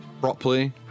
properly